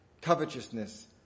covetousness